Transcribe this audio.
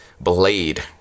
Blade